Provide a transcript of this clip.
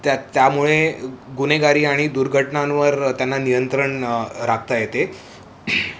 त्या त्यामुळे गुनेगारी आणि दुर्घटनांवर त्यांना नियंत्रण राखता येते